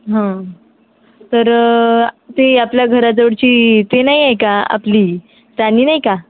तर ते आपल्या घराजवळची ते नाही आहे का आपली तानी नाही का